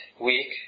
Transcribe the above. week